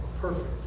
perfect